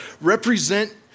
represent